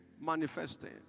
manifesting